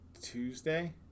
Tuesday